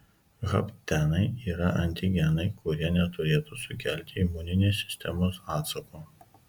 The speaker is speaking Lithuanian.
haptenai yra antigenai kurie neturėtų sukelti imuninės sistemos atsako